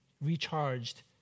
recharged